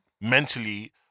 mentally